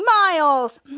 Miles